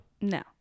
No